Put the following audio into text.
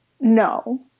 no